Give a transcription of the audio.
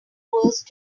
worse